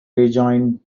rejoined